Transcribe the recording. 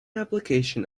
application